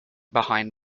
behind